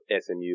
SMU